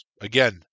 Again